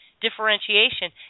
differentiation